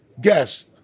guess